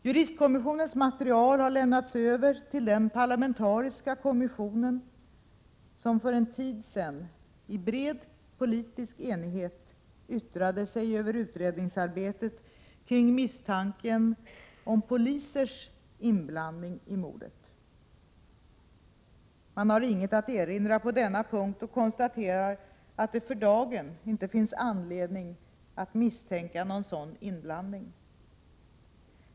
Juristkommissionens material har lämnats över till den parlamentariska kommission som för en tid sedan i bred politisk enighet yttrade sig över utredningsarbetet kring misstanken om polisers inblandning i mordet. Man har inget att erinra på denna punkt och konstaterar att det för dagen inte finns anledning att misstänka någon sådan inblandning.